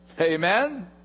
Amen